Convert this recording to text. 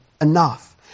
enough